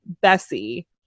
Bessie